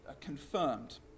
confirmed